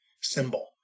symbol